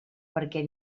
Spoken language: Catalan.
perquè